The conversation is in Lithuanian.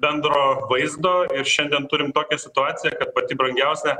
bendro vaizdo ir šiandien turime tokią situaciją kad pati brangiausia